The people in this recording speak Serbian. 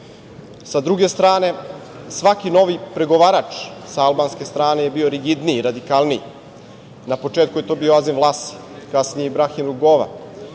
druge strane svaki novi pregovarač sa albanske strane je bio rigidniji, radikalniji. Na početku je to bio Azem Vlasi, kasnije Ibrahim Rugova.